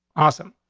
awesome.